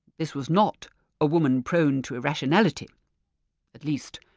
this was not a woman prone to irrationality at least,